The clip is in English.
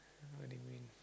what do you mean